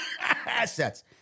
Assets